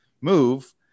move